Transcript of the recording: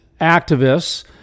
activists